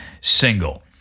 single